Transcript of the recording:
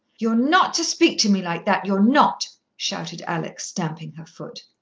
you're not to speak to me like that, you're not! shouted alex, stamping her foot.